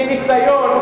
מניסיון,